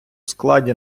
складі